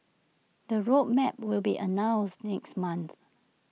the road map will be announced next month